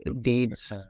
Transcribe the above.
deeds